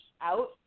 out